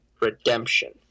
redemption